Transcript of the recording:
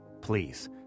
Please